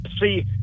see